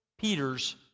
Peter's